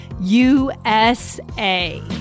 USA